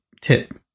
tip